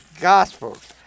Gospels